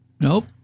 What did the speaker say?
Nope